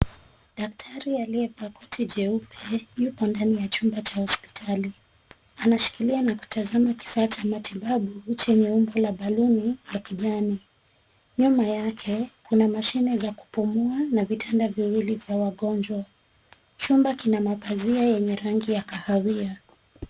Daktari aliyevaa koti jeupe yupo ndani ya chumba cha hospitali. Anashikilia na kutazama kifaa cha matibabu chenye umbo la baluni ya kijani. Nyuma yake kuna mashine za kupumua na vitanda viwili vya wagonjwa. Chumba kina mapazia yenye rangi ya kahawia.